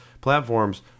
platforms